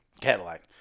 Cadillac